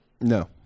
No